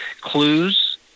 clues